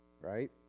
right